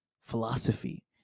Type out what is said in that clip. philosophy